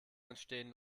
entstehen